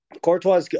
Courtois